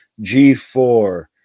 G4